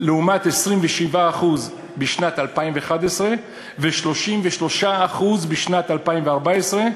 לעומת 27% בשנת 2011 ו-33% בשנת 2014,